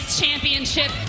championship